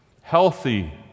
healthy